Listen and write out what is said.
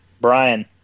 Brian